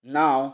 नांव